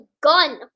gun